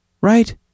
right